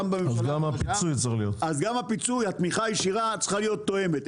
גם הפיצוי והתמיכה הישירה צריכות להיות תואמות.